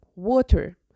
Water